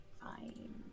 fine